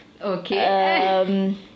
okay